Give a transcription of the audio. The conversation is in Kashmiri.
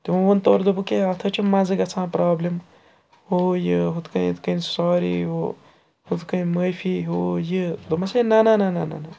تِمو ووٚن تورٕ دوٚپُکھ ہے اَتھ حظ چھِ مَزٕ گژھان پرٛابلِم ہوٗ یہِ ہُتھ کٔنۍ یِتھ کٔنۍ ساری ہُہ ہُتھ کٔنۍ معٲفی ہُہ یہِ دوٚپمَس ہے نہ نہ نہ نہ نہ نہ